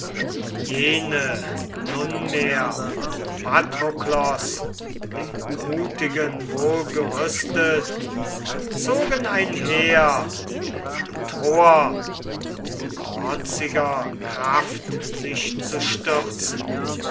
jene nunmehr um patroklos den mutigen wohlgerüstet zogen einher in die troer mit trotziger kraft sich zu stürzen